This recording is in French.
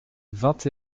vingt